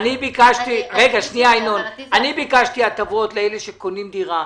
אני ביקשתי הטבות לאלה שקונים דירה.